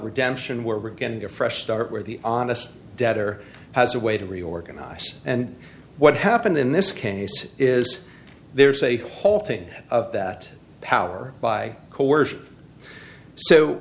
redemption where we're getting a fresh start where the honest debtor has a way to reorganize and what happened in this case is there's a whole thing of that power by